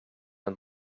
and